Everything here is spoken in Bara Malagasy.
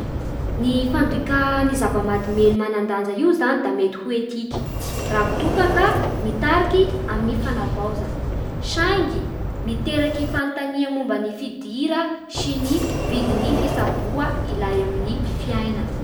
Ny fandikà ny zava-mahadomely manan-daja io zany da mety ho etiky raha toa ka mitariky amin'ny fanavaoza, saingy miteraky fanontania momba ny fidira sy ny vidin'ny fitsaboa ilay amin'ny fiaina.